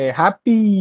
happy